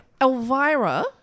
Elvira